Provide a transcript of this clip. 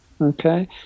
okay